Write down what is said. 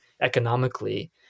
economically